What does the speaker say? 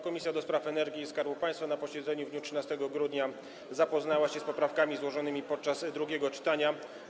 Komisja do Spraw Energii i Skarbu Państwa na posiedzeniu w dniu 13 grudnia zapoznała się z poprawkami złożonymi podczas drugiego czytania.